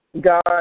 God